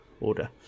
order